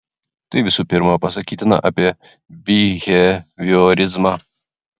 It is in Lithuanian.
tai visų pirma pasakytina apie biheviorizmą